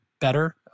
better